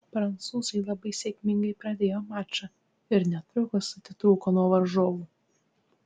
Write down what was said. prancūzai labai sėkmingai pradėjo mačą ir netrukus atitrūko nuo varžovų